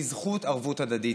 בזכות ערבות הדדית,